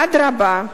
אדרבה,